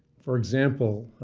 for example,